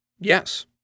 Yes